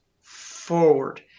forward